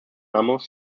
mammoth